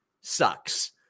sucks